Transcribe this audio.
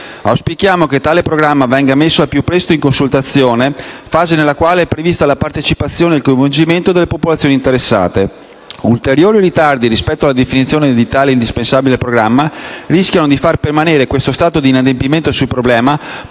Auspichiamo che tale programma venga messo al più presto in consultazione, fase nella quale è prevista la partecipazione e il coinvolgimento delle popolazioni interessate. Ulteriori ritardi rispetto alla definizione di tale indispensabile programma rischiano di far permanere questo stato di inadempimento sul problema,